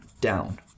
down